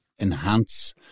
enhance